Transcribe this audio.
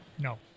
No